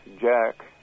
Jack